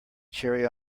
cherry